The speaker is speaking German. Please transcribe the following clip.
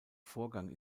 vorgang